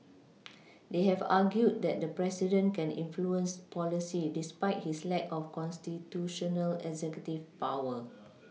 they have argued that the president can influence policy despite his lack of constitutional executive power